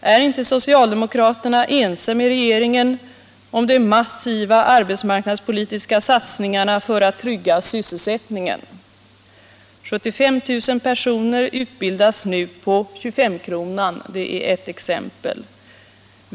Är inte socialdemokraterna ense med regeringen om de massiva arbetsmarknadspolitiska satsningarna för att trygga sysselsättningen? 75 000 personer utbildas nu med hjälp av 25-kronan. Det är ett exempel.